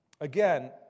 Again